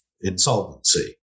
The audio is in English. insolvency